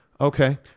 Okay